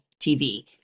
TV